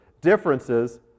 Differences